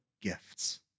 gifts